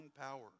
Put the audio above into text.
power